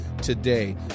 today